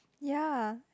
ya